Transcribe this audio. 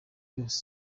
yose